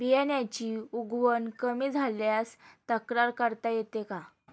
बियाण्यांची उगवण कमी झाल्यास तक्रार करता येते का?